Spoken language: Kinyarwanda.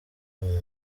umuntu